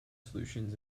solutions